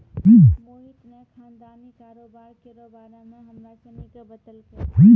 मोहित ने खानदानी कारोबार केरो बारे मे हमरा सनी के बतैलकै